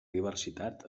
diversitat